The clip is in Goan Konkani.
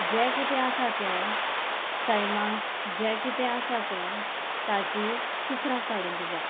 जें कितें आसा तें सैमांत जें कितें आसा तें ताची चित्रां काडूंक जाय